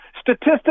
statistics